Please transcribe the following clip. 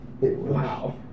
Wow